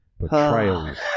betrayals